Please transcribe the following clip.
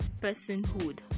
personhood